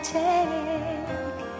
take